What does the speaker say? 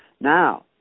now